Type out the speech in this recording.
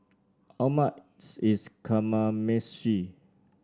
how much is Kamameshi